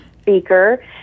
speaker